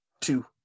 Two